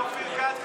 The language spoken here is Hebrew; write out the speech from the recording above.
אופיר כץ,